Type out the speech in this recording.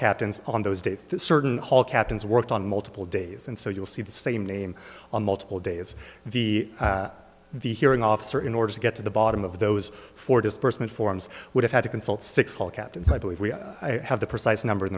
captains on those dates certain hall captains worked on multiple days and so you'll see the same name on multiple days the the hearing officer in order to get to the bottom of those four disbursement forms would have had to consult six hole kept inside we have the precise number in